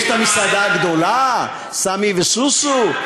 יש "המסעדה הגדולה", "סמי וסוסו".